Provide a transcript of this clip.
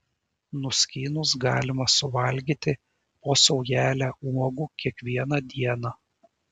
nuskynus galima suvalgyti po saujelę uogų kiekvieną dieną